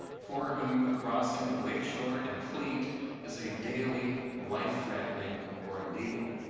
for whom the crossing of lake shore and fleet is a daily life-threatening ordeal.